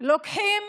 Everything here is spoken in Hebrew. לוקחים